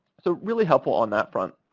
so, really helpful on that front.